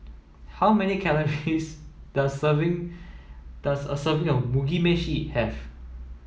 how many calories does serving does a serving of Mugi Meshi have